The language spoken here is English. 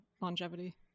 longevity